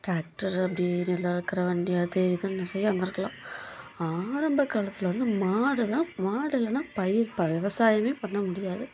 tractor அப்படி நிலம் அளக்கிற வண்டி அது இதுன்னு நிறைய வந்திருக்கலாம் ஆரம்பக்காலத்தில் வந்து மாடுதான் மாடு இல்லைன்னா பயிர் விவசாயமே பண்ண முடியாது